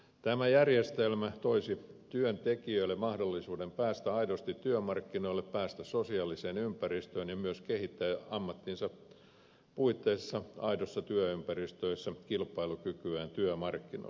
tämä järjestelmä toisi työntekijöille mahdollisuuden päästä aidosti työmarkkinoille päästä sosiaaliseen ympäristöön ja myös kehittää ammattinsa puitteissa aidossa työympäristössä kilpailukykyään työmarkkinoilla